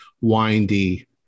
windy